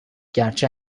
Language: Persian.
گرچه